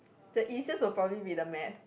the easiest would probably be the math